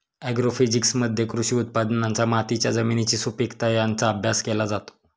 ॲग्रोफिजिक्समध्ये कृषी उत्पादनांचा मातीच्या जमिनीची सुपीकता यांचा अभ्यास केला जातो